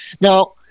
Now